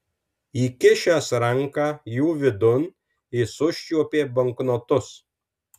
įkišęs ranką jų vidun jis užčiuopė banknotus